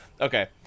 Okay